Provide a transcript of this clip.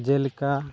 ᱡᱮᱞᱮᱠᱟ